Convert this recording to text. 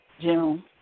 June